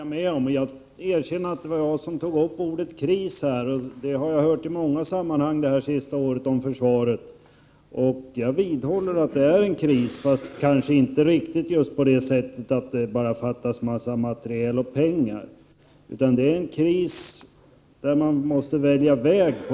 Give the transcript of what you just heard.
Fru talman! Försvarsministern säger att man skall vara aktsam med orden, och det håller jag med om. Jag erkänner att det var jag som nämnde ordet kris. Det har jag hört i många sammanhang under det senaste året när det gäller försvaret. Jag vidhåller ändå att det råder en kris, även om det inte bara fattas materiel och pengar. Krisen innebär att man måste välja väg.